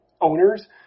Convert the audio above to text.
owners